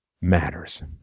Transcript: matters